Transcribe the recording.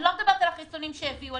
אני לא מדברת על החיסונים שהביאו.